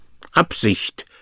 Absicht